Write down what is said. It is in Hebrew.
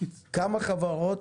כמה חברות,